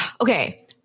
okay